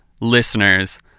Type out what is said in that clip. listeners